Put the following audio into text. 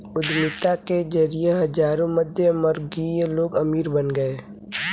उद्यमिता के जरिए हजारों मध्यमवर्गीय लोग अमीर बन गए